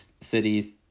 cities